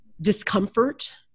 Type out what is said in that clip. discomfort